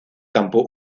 campo